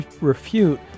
refute